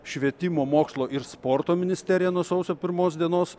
švietimo mokslo ir sporto ministerija nuo sausio pirmos dienos